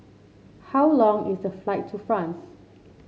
how long is the flight to France